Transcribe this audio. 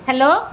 hello